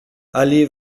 allée